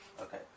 Okay